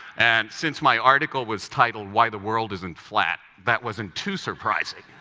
and since my article was titled why the world isn't flat, that wasn't too surprising.